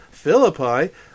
Philippi